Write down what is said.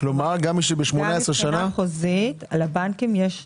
כלומר חוזית לבנקים יש ידיעה,